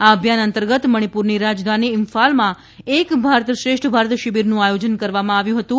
આ અભિયાન અંતર્ગત મણિપુરની રાજધાની ઇમ્ફાલમાં એક ભારત શ્રેષ્ઠ ભારત શિબિરનું આયોજન કરવામાં આવ્યું હતું